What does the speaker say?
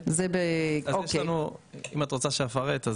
את רוצה שאפרט?